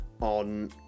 on